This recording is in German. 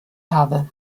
habe